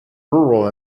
rural